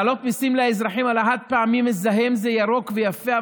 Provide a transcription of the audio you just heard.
להעלות מיסים לאזרחים על חד-פעמי מזהם זה ירוק ויפה,